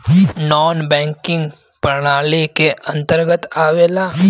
नानॅ banking प्रणाली के अंतर्गत आवेला